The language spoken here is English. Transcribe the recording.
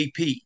AP